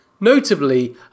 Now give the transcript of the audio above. notably